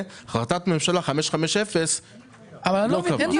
ואילו החלטת הממשלה מספר 550 לא קבעה.